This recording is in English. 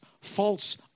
false